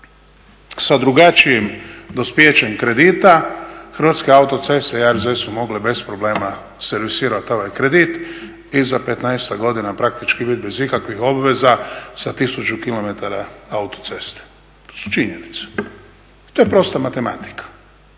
sa drugačijim dospijećem kredita Hrvatske autoceste i …/Govornik se ne razumije./… su mogle bez problema servisirat ovaj kredit i za petnaestak godina praktički vi bez ikakvih obveza sa 1000 km autoceste. To su činjenice, to je prosta matematika.